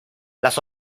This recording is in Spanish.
las